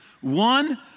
One